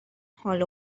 حال